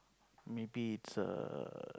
maybe it's a